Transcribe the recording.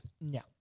no